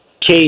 case